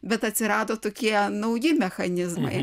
bet atsirado tokie nauji mechanizmai